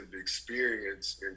experience